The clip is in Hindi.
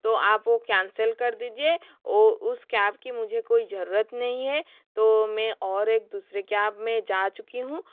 तो आप वो कैंसल कर दीजिए वो उस कैब की मुझे कोई ज़रूरत नहीं है तो में और एक दूसरे कैब में जा चुकी हूँ